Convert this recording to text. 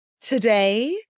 Today